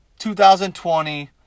2020